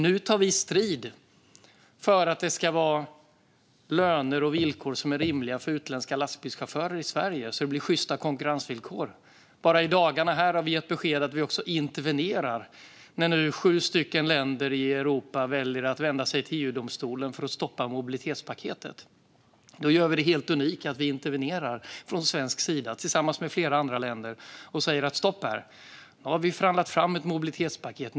Nu tar vi strid för att utländska lastbilschaufförer i Sverige ska ha löner och villkor som är rimliga, så att det blir sjysta konkurrensvillkor. Bara i dagarna har vi gett besked om att vi intervenerar när sju länder i Europa nu väljer att vända sig till EU-domstolen för att stoppa mobilitetspaketet. Vi gör det helt unika att vi intervenerar från svensk sida, tillsammans med flera andra länder, och säger: Stopp här! Nu har vi förhandlat fram ett mobilitetspaket.